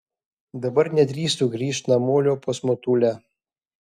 dabar nedrįstu grįžt namolio pas motulę